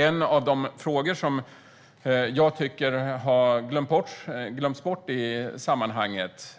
En av de frågor som jag tycker har glömts bort i sammanhanget